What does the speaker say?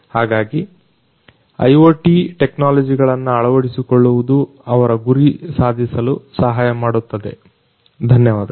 ಹಾಗಾಗಿ IoT ಟೆಕ್ನಾಲಜಿಗಳನ್ನ ಅಳವಡಿಸಿಕೊಳ್ಳುವುದು ಅವರ ಗುರಿ ಸಾಧಿಸಲು ಸಹಾಯ ಮಾಡುತ್ತದೆ ಧನ್ಯವಾದಗಳು